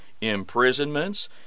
imprisonments